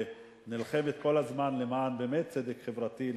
ונלחמת כל הזמן באמת למען צדק חברתי,